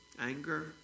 Anger